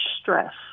stress